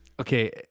okay